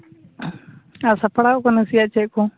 ᱟᱨ ᱥᱟᱯᱲᱟᱣ ᱠᱚ ᱱᱟᱥᱮᱭᱟᱜ ᱪᱮᱫ ᱠᱚ